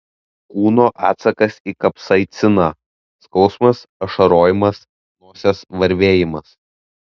kūno atsakas į kapsaiciną skausmas ašarojimas nosies varvėjimas